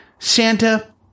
Santa